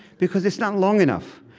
because it's not long enough.